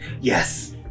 Yes